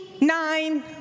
nine